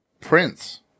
Prince